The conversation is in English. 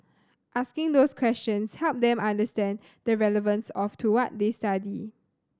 asking those questions helped them understand the relevance of to what they study